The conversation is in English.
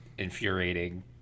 infuriating